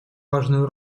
важную